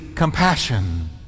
compassion